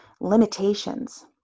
limitations